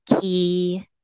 key